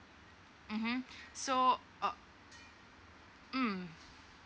(uh huh) so err mm